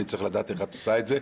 אני צריך לדעת איך את עושה את זה.